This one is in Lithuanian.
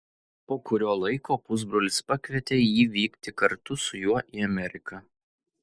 po kurio laiko pusbrolis pakvietė jį vykti kartu su juo į ameriką